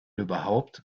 überhaupt